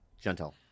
gentle